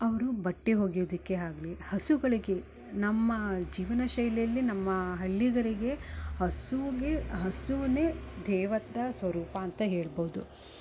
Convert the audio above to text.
ಅವರು ಬಟ್ಟೆ ಒಗೆಯುದಕ್ಕೆ ಆಗಲಿ ಹಸುಗಳಿಗೆ ನಮ್ಮ ಜೀವನ ಶೈಲಿಯಲ್ಲಿ ನಮ್ಮ ಹಳ್ಳಿಗರಿಗೆ ಹಸುಗೆ ಹಸುನೆ ದೇವತಾ ಸ್ವರೂಪ ಅಂತ ಹೇಳ್ಬೋದು